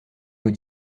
nous